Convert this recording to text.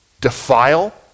defile